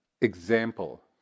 example